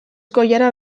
koilara